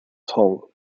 tong